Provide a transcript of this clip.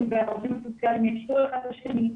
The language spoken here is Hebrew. והעובדים הסוציאליים יכירו אחד את השני,